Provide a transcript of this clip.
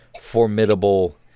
formidable